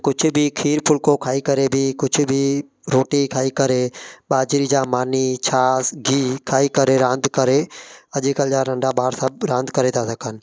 कुझु बि खीरु फुलिको खाई करे कुझु बि रोटी खाई करे ॿाझिरी जा मानी छाछ गिहु खाई करे रांदि करे अॼु कल्ह जा नंढा ॿार सभु रांदि करे था रखनि